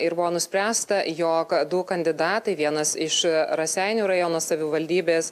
ir buvo nuspręsta jog du kandidatai vienas iš raseinių rajono savivaldybės